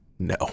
no